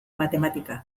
matematika